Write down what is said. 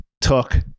took